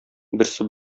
берсе